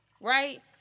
Right